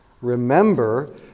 remember